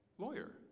Lawyer